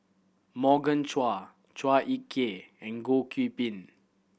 Morgan Chua Chua Ek Kay and Goh Qiu Bin